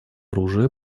оружия